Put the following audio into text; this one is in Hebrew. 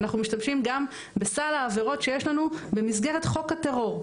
אנחנו משתמשים גם בסל העבירות שיש לנו במסגרת חוק הטרור,